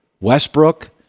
Westbrook